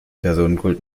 personenkult